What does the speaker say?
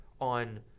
on